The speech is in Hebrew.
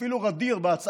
יריב לוין: